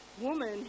woman